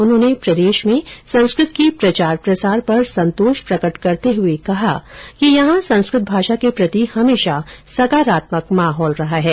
उन्होंने प्रदेश में संस्कृत के प्रचार प्रसार पर संतोष प्रकट करते हुए कहा कि यहां संस्कृत भाषा के प्रति हमेशा सकारात्मक माहौल रहा है